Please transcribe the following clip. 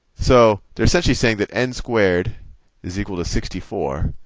so they're essentially saying that n squared is equal to sixty four.